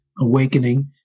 awakening